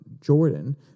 Jordan